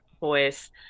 voice